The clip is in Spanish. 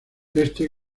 este